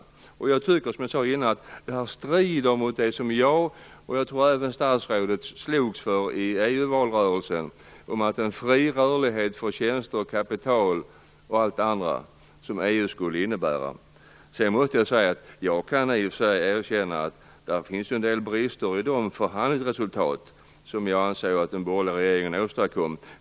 Som jag sade tidigare tycker jag att detta strider mot det som jag, och vad jag tror även statsrådet, slogs för i EU-valrörelsen - en fri rörlighet för tjänster och kapital och allt det andra som EU skulle innebära. Jag kan i och för sig erkänna att det finns en del brister i de förhandlingsresultat som den borgerliga regeringen åstadkom.